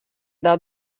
dat